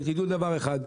שתדעו דבר אחד,